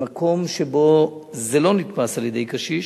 במקום שבו זה לא נתפס על-ידי קשיש